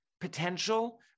potential